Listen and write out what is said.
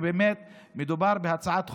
שבאמת מדובר בהצעת חוק,